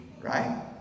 Right